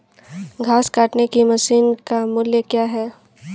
घास काटने की मशीन का मूल्य क्या है?